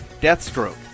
deathstroke